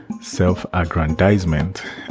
self-aggrandizement